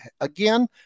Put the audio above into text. again